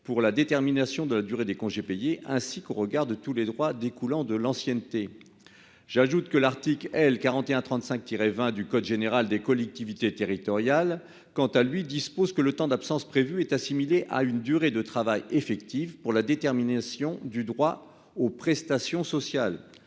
pour la détermination de la durée des congés payés, ainsi qu'au regard de tous les droits découlant de l'ancienneté. L'article L. 4135-20 du code général des collectivités territoriales, quant à lui, dispose que le temps d'absence prévu est assimilé à une durée de travail effective pour la détermination du droit aux prestations sociales.